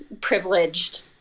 privileged